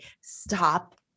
stop